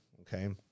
Okay